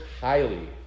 highly